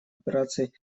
операции